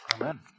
Amen